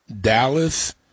Dallas